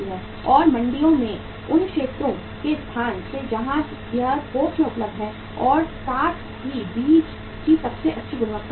और मंडियों से उन क्षेत्रों के स्थानों से जहां यह थोक में उपलब्ध है और साथ ही बीज की सबसे अच्छी गुणवत्ता उपलब्ध है